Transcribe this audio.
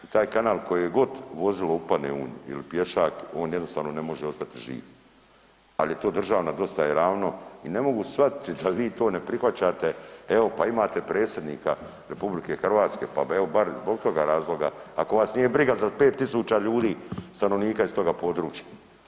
Taj kanal koje god vozilo upane u nju ili pješak on jednostavno ne može ostati živ, ali je to državna, dosta je ravno i ne mogu shvatiti da vi to ne prihvaćate, evo pa imate predsjednika RH pa evo bar zbog toga razloga, ako vas nije briga za 5.000 ljudi stanovnika iz toga područja.